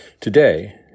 Today